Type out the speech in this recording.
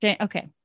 Okay